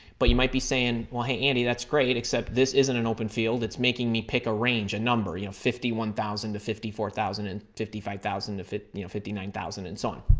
but you might be saying, well andy, that's great except this isn't an open field. it's making me pick a range, a number. you know fifty one thousand to fifty four thousand, and fifty five thousand to fifty you know fifty nine thousand and so on.